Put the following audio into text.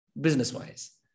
business-wise